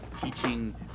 teaching